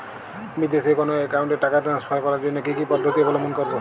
বিদেশের কোনো অ্যাকাউন্টে টাকা ট্রান্সফার করার জন্য কী কী পদ্ধতি অবলম্বন করব?